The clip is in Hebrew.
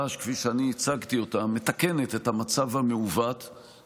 שאני מציע לעניין הערכאות הנמוכות אנחנו נמצאים במצב כזה שאין,